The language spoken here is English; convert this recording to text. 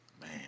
Man